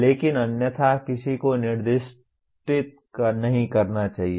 लेकिन अन्यथा किसी को निर्दिष्ट नहीं करना चाहिए